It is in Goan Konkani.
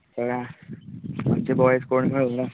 हय आमचे बोय्ज कोण मेळुंक ना